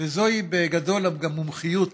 וזוהי בגדול המומחיות